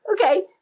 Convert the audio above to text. Okay